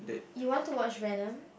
you want to watch Venom